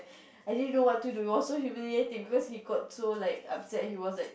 I didn't know what to do it was so humiliating because he got so like upset he was like